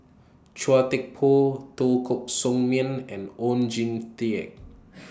Chua Thian Poh Teo Koh Sock Miang and Oon Jin Teik